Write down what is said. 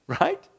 right